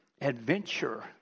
adventure